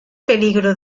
peligro